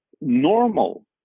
normal